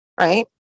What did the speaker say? right